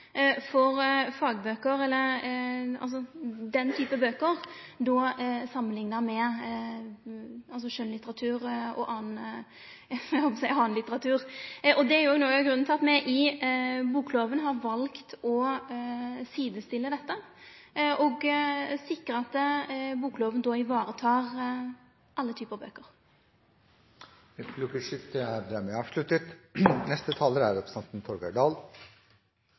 for fagbøker som for skjønnlitteratur og annan litteratur. Det er òg noko av grunnen til at me i bokloven har valt å sidestille dette og sikre at bokloven varetar alle typar bøker. Replikkordskiftet er